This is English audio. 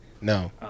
No